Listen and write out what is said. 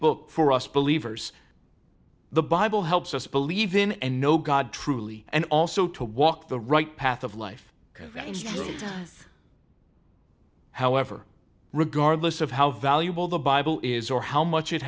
book for us believers the bible helps us believe in and know god truly and also to walk the right path of life however regardless of how valuable the bible is or how much it